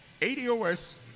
ADOS